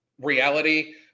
reality